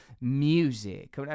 music